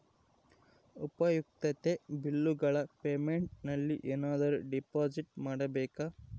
ಉಪಯುಕ್ತತೆ ಬಿಲ್ಲುಗಳ ಪೇಮೆಂಟ್ ನಲ್ಲಿ ಏನಾದರೂ ಡಿಪಾಸಿಟ್ ಮಾಡಬೇಕಾ?